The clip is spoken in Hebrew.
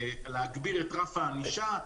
להגביר את רף הענישה.